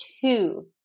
two